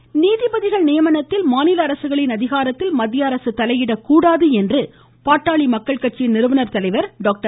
ராமதாஸ் நீதிபதிகள் நியமனத்தில் மாநில அரசுகளின் அதிகாரத்தில் மத்திய அரசு தலையிடக் கூடாது என பாட்டாளி மக்கள் கட்சி நிறுவனர் தலைவர் டாக்டர்